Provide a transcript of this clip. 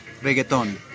Reggaeton